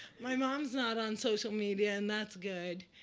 my mom's not on social media and that's good.